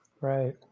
Right